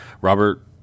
Robert